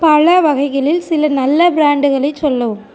பழ வகைகளில் சில நல்ல ப்ராண்டுகளை சொல்லவும்